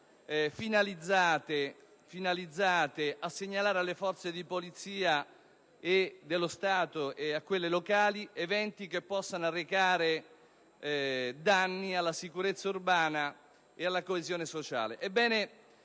finalizzate a segnalare alle Forze di polizia statali e locali eventi che possano arrecare danni alla sicurezza urbana e alla coesione sociale.